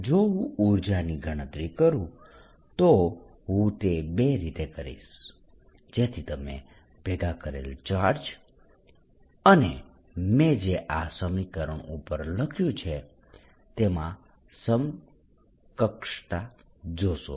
જો હું ઉર્જાની ગણતરી કરુ તો હું તે બે રીતે કરીશ જેથી તમે ભેગા કરેલ ચાર્જ અને મેં જે આ સમીકરણ ઉપર લખ્યું છે તેમાં સમકક્ષતા જોશો